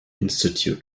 institute